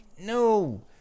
no